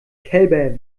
kälber